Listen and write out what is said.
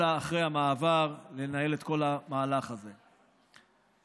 אלא לנהל את המהלך הזה אחרי המעבר.